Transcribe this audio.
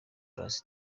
plus